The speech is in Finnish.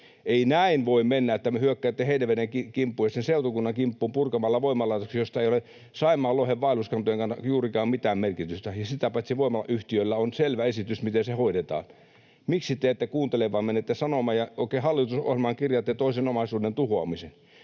Ei näin voi mennä, että te hyökkäätte Heinäveden kimppuun ja sen seutukunnan kimppuun purkamalla voimalaitoksia, joilla ei ole Saimaan lohen vaelluskantojen kannalta juurikaan mitään merkitystä. Ja sitä paitsi voimayhtiöillä on selvä esitys, miten se hoidetaan. Miksi te ette kuuntele vaan menette sanomaan ja oikein hallitusohjelmaan kirjaatte toisen omaisuuden tuhoamisen?